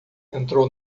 entrou